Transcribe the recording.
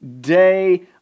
day